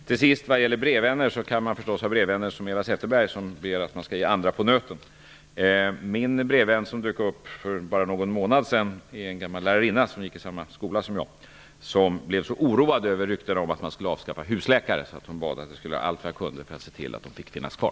Till sist: Man kan ha brevvänner som Eva Zetterberg, som ber att man skall ge andra på nöten. Min brevvän, som dök upp för bara någon månad sedan är en gammal lärarinna som gick i samma skola som jag. Hon blev så oroad över ryktena om att man skulle avskaffa husläkare, så hon bad mig gör allt vad jag kunde för att se till att de fick finnas kvar.